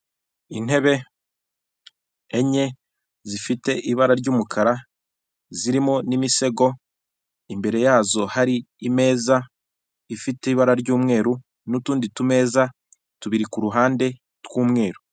Intebe enye zifite ibara ry'umukara zirimo n'imisego, imbere yazo hari imeza ifite ibara ry'umweru n'utundi tumeza tubiri ku ruhande tw'umweru.